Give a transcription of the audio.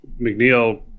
McNeil